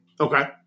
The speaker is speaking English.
Okay